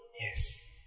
Yes